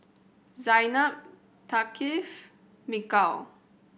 Zaynab Thaqif Mikhail